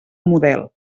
model